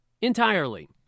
Entirely